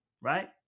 right